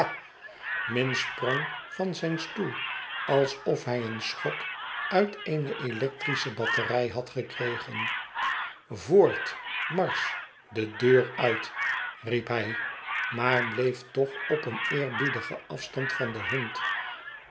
minns sprong op van zijn stoel alsof hij een schok uit eene electrische batterij had gekregen voort marsch de deur uit riep hij maar bleef toch op een eerbiedigen afstand van den hond